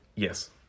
Yes